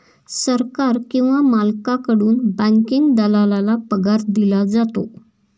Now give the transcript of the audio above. सरकार किंवा मालकाकडून बँकिंग दलालाला पगार दिला जातो